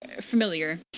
familiar